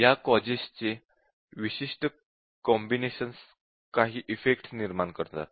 या कॉजेसचे विशिष्ट कॉम्बिनेशन्स काही इफेक्टस निर्माण करतात